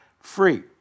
free